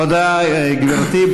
תודה, גברתי.